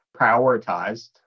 prioritized